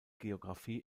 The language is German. geographie